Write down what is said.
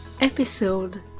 episode